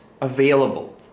available